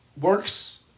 works